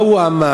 מה הוא אמר?